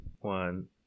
one